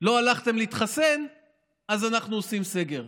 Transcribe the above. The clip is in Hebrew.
לא הלכתם להתחסן אז אנחנו עושים סגר.